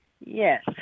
Yes